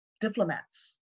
diplomats